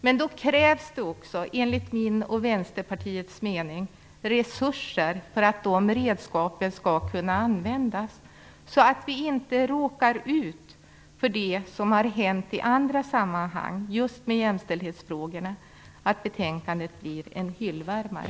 Men då krävs det också, enligt min och Vänsterpartiets mening, resurser för att de redskapen skall kunna användas så att vi inte råkar ut för det som har hänt i andra sammanhang med just jämställdhetsfrågorna - nämligen att betänkandet blir en hyllvärmare.